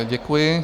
Děkuji.